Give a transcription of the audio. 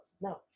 no